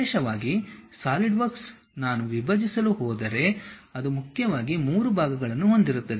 ವಿಶೇಷವಾಗಿ ಸಾಲಿಡ್ವರ್ಕ್ಸ್ ನಾವು ವಿಭಜಿಸಲು ಹೋದರೆ ಅದು ಮುಖ್ಯವಾಗಿ 3 ಭಾಗಗಳನ್ನು ಹೊಂದಿರುತ್ತದೆ